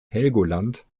helgoland